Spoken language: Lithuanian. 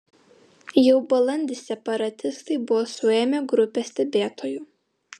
jau balandį separatistai buvo suėmę grupę stebėtojų